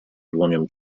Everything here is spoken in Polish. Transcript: dłonią